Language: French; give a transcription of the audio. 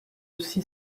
aussi